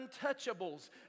untouchables